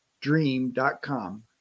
dream.com